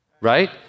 Right